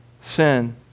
sin